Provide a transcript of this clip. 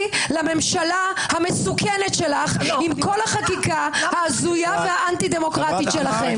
לממשלה המסוכנת שלך עם כל החקיקה ההזויה והאנטי דמוקרטית שלכם.